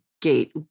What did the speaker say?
gate